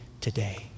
today